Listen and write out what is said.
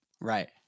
Right